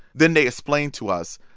then they explained to us,